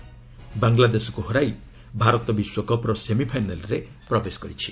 ବାଂଲାଦେଶକୁ ହରାଇ ଭାରତ ବିଶ୍ୱକପ୍ର ସେମିଫାଇନାଲ୍ରେ ପ୍ରବେଶ କରିଛି